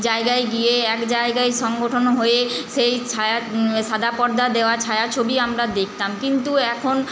জায়গায় গিয়ে এক জায়গায় সংগঠন হয়ে সেই ছায়া সাদা পর্দা দেওয়া ছায়াছবি আমরা দেখতাম কিন্তু এখন